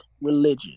religion